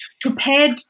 prepared